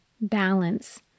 balance